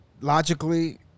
logically